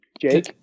Jake